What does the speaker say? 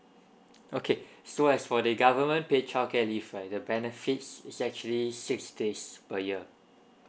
okay so as for the government paid childcare leave right the benefits is actually six days per year